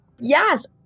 Yes